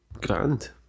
Grand